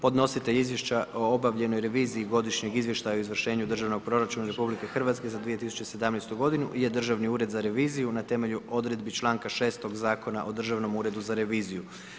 Podnositelj izvještača o obavljenoj reviziji godišnjeg izvještaja o izvršenju državnog proračuna RH za 2017. g. je Državni ured za reviziju, na temelju odredbi čl. 6. Zakona o državnom uredu za reviziju.